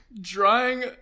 drawing